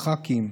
הח"כים,